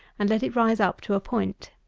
and let it rise up to a point.